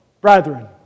brethren